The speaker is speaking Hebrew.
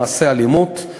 למעשי אלימות.